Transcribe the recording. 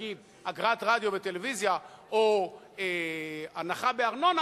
נגיד אגרת רדיו וטלוויזיה או הנחה בארנונה,